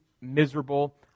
miserable